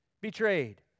betrayed